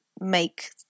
make